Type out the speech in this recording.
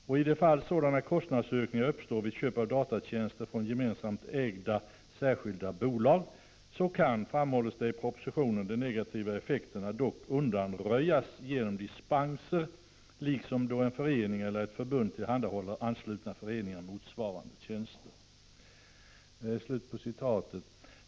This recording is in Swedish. I de fall sådana kostnadsökningar uppstår vid köp av datatjänster från gemensamt ägda särskilda bolag kan, framhålls det i propositionen, de negativa effekterna dock undanröjas genom dispenser, liksom då en förening eller ett förbund tillhandahåller anslutna föreningar motsvarande tjänster.” Herr talman!